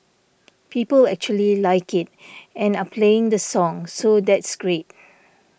people actually like it and are playing the song so that's great